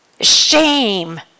shame